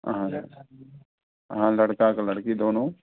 हाँ हाँ लड़का का लड़की दोनों